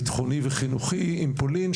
ביטחוני וחינוכי עם פולין,